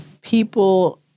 people